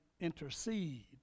intercede